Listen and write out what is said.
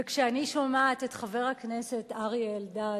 וכשאני שומעת את חבר הכנסת אריה אלדד